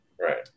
Right